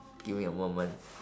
give me a moment